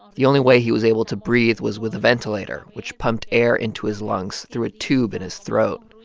the only way he was able to breathe was with a ventilator, which pumped air into his lungs through a tube in his throat.